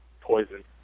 poison